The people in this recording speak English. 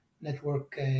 network